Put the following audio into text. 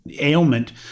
ailment